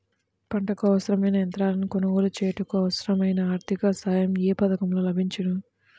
పంటకు అవసరమైన యంత్రాలను కొనగోలు చేయుటకు, అవసరమైన ఆర్థిక సాయం యే పథకంలో లభిస్తుంది?